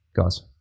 guys